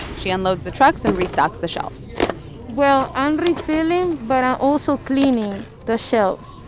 she unloads the trucks and restocks the shelves well, i'm refilling, but i'm also cleaning the shelves.